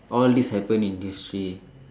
all this happen in history